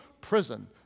prison